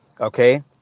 Okay